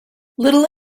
little